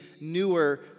newer